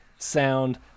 sound